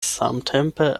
samtempe